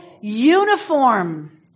uniform